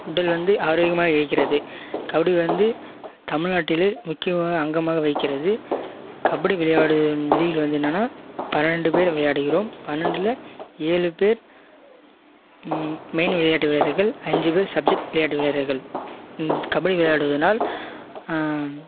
உடல் வந்து ஆரோக்கியமாய் இருக்கிறது கபடி வந்து தமிழ்நாட்டில் முக்கிய அங்கேமாக வகிக்கிறது கபடி விளையாடுவதன் விதிகள் வந்து என்னன்னா பன்னெண்டு பேர் விளையாடுகிறோம் பன்னெண்டில் ஏழு பேர் மெயின் விளையாட்டு வீரர்கள் அஞ்சு பேர் சப்ஜெக்ட் விளையாட்டு வீரர்கள் கபடி விளையாடுவதினால்